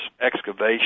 excavation